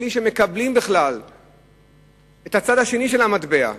בלי שמקבלים בכלל את הצד השני של המטבע.